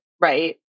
right